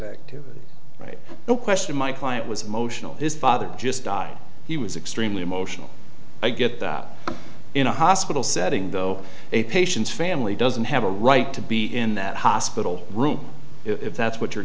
the question my client was emotional his father just died he was extremely emotional i get that in a hospital setting though a patient's family doesn't have a right to be in that hospital room if that's what you're